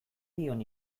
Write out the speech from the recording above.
dion